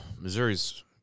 Missouri's